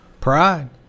Pride